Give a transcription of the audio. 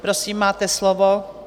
Prosím, máte slovo.